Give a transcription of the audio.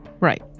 Right